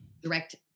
direct